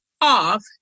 off